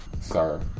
sir